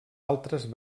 altres